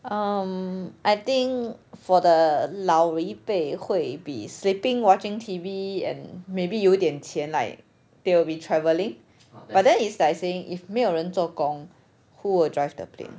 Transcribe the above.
um I think for the 老一辈会 be sleeping watching T_V and maybe 有点钱 like they will be travelling but then is like saying if 没有人做工 who will drive the plane